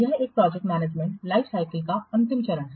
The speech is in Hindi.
यह एक प्रोजेक्ट मैनेजमेंट लाइफ साइकिल का अंतिम चरण है